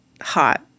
hot